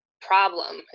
problem